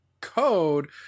code